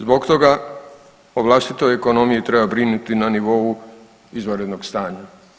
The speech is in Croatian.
Zbog toga o vlastitoj ekonomiji treba briniti na nivou izvanrednog stanja.